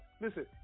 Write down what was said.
Listen